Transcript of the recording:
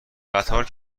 قطار